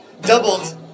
doubled